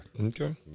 okay